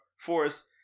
force